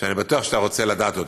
שאני בטוח שאתה רוצה לדעת אותה,